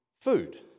food